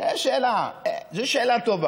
זו שאלה טובה.